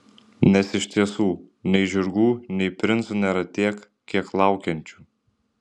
nes iš tiesų nei žirgų nei princų nėra tiek kiek laukiančių